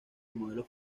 modelo